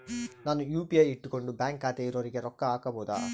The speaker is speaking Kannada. ನಾನು ಯು.ಪಿ.ಐ ಇಟ್ಕೊಂಡು ಬ್ಯಾಂಕ್ ಖಾತೆ ಇರೊರಿಗೆ ರೊಕ್ಕ ಹಾಕಬಹುದಾ?